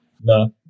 No